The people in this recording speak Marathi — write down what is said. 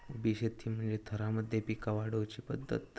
उभी शेती म्हणजे थरांमध्ये पिका वाढवुची पध्दत